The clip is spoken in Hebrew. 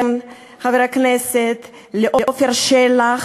לחבר הכנסת אלעזר שטרן, לעפר שלח,